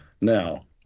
now